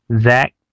Zach